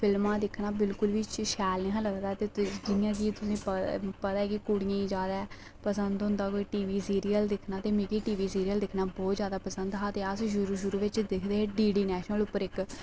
फिल्मा दिक्खना बिल्कुल बी शैल नेईं हा लगदा पता की कुड़ियें ई जादा पसंद होंदा कोई टी वी सिरीयल दिक्खना ते मिगी टी वी सीरियल दिक्खना बहुत जादा पसंद हा ते अस शुरू शुरू बिच दिखदे हे डी डी नैशनल उप्पर इक